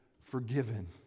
forgiven